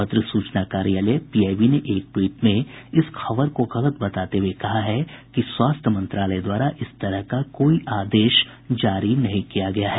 पत्र सूचना कार्यालय पीआईबी ने एक ट्वीट में इस खबर को गलत बताते हुए कहा है कि स्वास्थ्य मंत्रालय द्वारा इस तरह का कोई आदेश जारी नहीं किया गया है